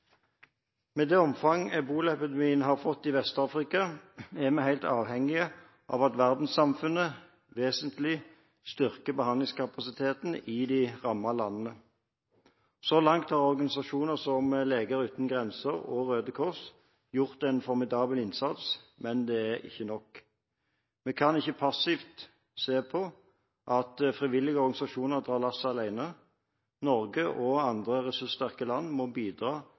Med det omfang ebolaepidemien har fått i Vest-Afrika, er vi helt avhengige av at verdenssamfunnet vesentlig styrker behandlingskapasiteten i de rammede landene. Så langt har organisasjoner som Leger Uten Grenser og Røde Kors gjort en formidabel innsats, men det er ikke nok. Vi kan ikke passivt se på at frivillige organisasjoner drar lasset alene – Norge og andre ressurssterke land må bidra